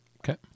Okay